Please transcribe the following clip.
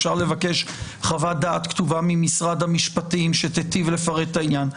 אפשר לבקש חוות דעת כתובה ממשרד המשפטים שתיטיב לפרט את העניין.